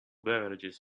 beverages